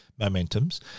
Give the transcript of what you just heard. Momentums